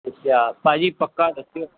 ਅੱਛਾ ਭਾਜੀ ਪੱਕਾ ਦੱਸਿਓ